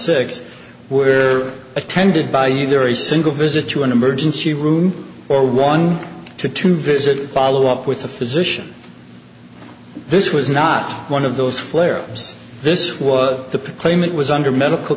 six where attended by either a single visit to an emergency room or one to two visits follow up with a physician this was not one of those flare ups this was the claim it was under medical